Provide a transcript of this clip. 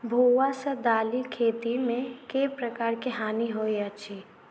भुआ सँ दालि खेती मे केँ प्रकार केँ हानि होइ अछि?